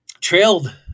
trailed